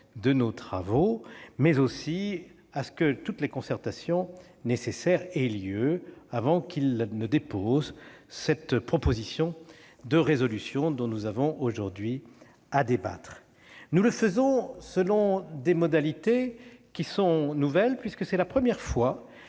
de nos travaux, mais aussi à ce que toutes les concertations nécessaires aient lieu avant qu'il ne dépose cette proposition de résolution. Nous engageons ce débat selon des modalités qui sont nouvelles, puisque c'est la première fois